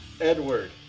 Edward